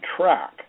track